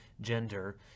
gender